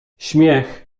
śmiech